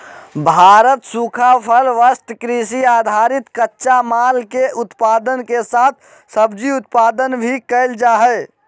भारत सूखा फल, वस्त्र, कृषि आधारित कच्चा माल, के उत्पादन के साथ सब्जी उत्पादन भी कैल जा हई